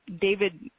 David